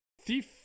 thief